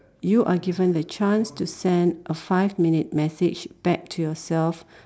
you are given a chance to send a five minutes message back to yourself